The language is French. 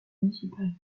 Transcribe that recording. municipal